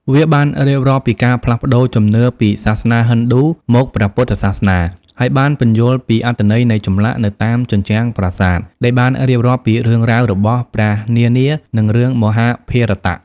វាបានរៀបរាប់ពីការផ្លាស់ប្ដូរជំនឿពី សាសនាហិណ្ឌូ មកព្រះពុទ្ធសាសនា ហើយបានពន្យល់ពីអត្ថន័យនៃចម្លាក់នៅតាមជញ្ជាំងប្រាសាទ ដែលបានរៀបរាប់ពីរឿងរ៉ាវរបស់ព្រះនានា និងរឿងមហាភារតៈ។